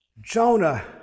Jonah